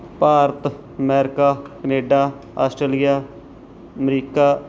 Bharat America Canada Australia America